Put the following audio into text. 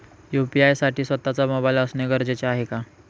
UPI साठी स्वत:चा mobile असणे गरजेचे आहे का?